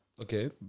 Okay